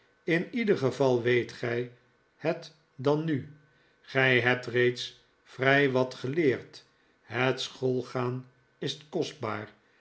in ieder geval weet gij het dan nu gij hebt reeds vrij wat geleerd het schoolgaan is kostbaar